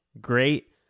great